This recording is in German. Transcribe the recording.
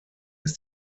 ist